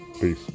Peace